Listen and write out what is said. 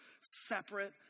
separate